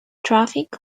traffic